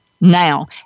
Now